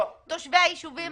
יצאה הוראת ביצוע.